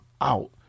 out